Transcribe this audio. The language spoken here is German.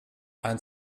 ein